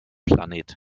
planet